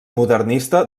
modernista